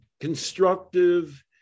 constructive